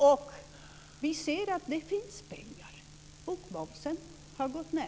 Och vi ser att det finns pengar. Bokmomsen har gått ned.